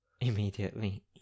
immediately